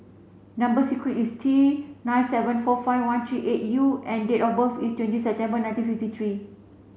number sequence is T nine seven four five one three eight U and date of birth is twenty September nineteen fifty three